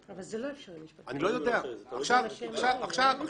אבל הבהיר לי אתמול אסי שזה בעייתי